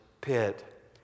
pit